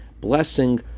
blessing